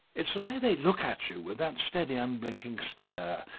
it's the way they look at you with that steady unblinking stare.